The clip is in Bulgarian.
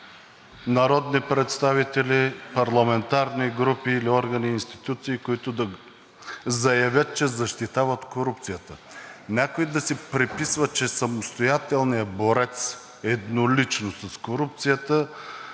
народни представители, парламентарни групи или органи и институции, които да заявят, че защитават корупцията. Някой да си приписва, че е самостоятелният борец еднолично с корупцията,